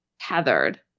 tethered